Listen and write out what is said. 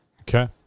Okay